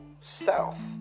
south